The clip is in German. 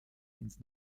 ins